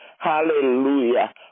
Hallelujah